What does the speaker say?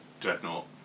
Dreadnought